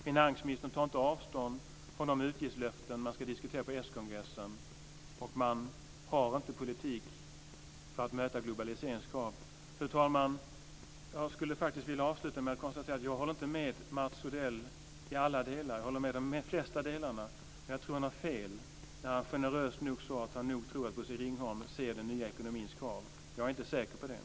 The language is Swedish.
Finansministern tar inte avstånd från de utgiftslöften som ska diskuteras på skongressen, och man har inte en politik för att möta globaliseringens krav. Fru talman! Jag skulle faktiskt vilja avsluta med att konstatera att jag inte i alla delar, om också i de flesta, håller med Mats Odell. Jag tror att han hade fel när han generöst sade att han nog tror att Bosse Ringholm ser den nya ekonomins krav. Jag är inte säker på det.